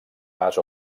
pas